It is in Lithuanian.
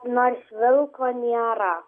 nors vilko nėra